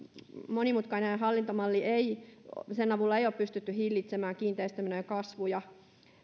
monimutkaisen hallintomallin avulla ei ole pystytty hillitsemään kiinteistömenojen